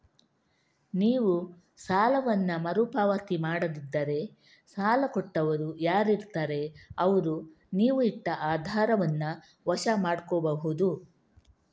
ನೀವು ಸಾಲವನ್ನ ಮರು ಪಾವತಿ ಮಾಡದಿದ್ರೆ ಸಾಲ ಕೊಟ್ಟವರು ಯಾರಿರ್ತಾರೆ ಅವ್ರು ನೀವು ಇಟ್ಟ ಆಧಾರವನ್ನ ವಶ ಮಾಡ್ಕೋಬಹುದು